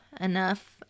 enough